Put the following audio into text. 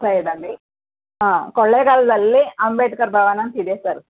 ಸೈಡಲ್ಲಿ ಹಾಂ ಕೊಳ್ಳೇಗಾಲದಲ್ಲಿ ಅಂಬೇಡ್ಕರ್ ಭವನ ಅಂತ ಇದೆ ಸರ್